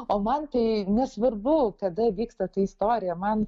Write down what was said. o man tai nesvarbu kada vyksta ta istorija man